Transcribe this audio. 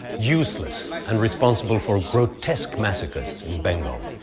useless and responsible for grotesque massacres in bengal.